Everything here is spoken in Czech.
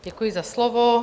Děkuji za slovo.